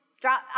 drop